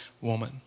woman